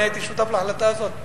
אני הייתי שותף להחלטה הזאת.